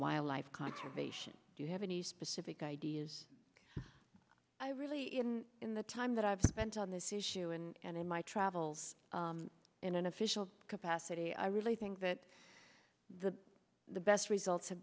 wildlife conservation do you have any specific ideas i really in the time that i've spent on this issue and in my travels in an official capacity i really think that the the best results have